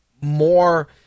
more